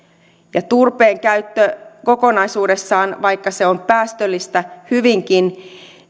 ja turpeen käyttö kokonaisuudessaan vaikka se on päästöllistä hyvinkin